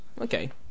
Okay